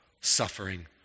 suffering